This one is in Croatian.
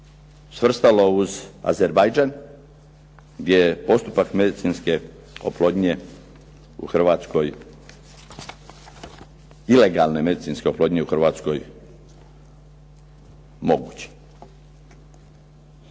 svrstalo uz Azerbajdžan gdje je postupak medicinske oplodnje u Hrvatskoj, ilegalne medicinske oplodnje u Hrvatskoj moguć.